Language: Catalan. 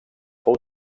fou